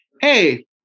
hey